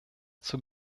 zur